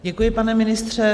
Děkuji, pane ministře.